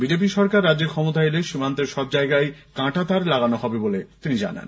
BJP সরকার রাজ্যে ক্ষমতায় এলে সীমান্তে সব জায়গায় কাঁটাতার লাগানো হবে বলে তিনি জানান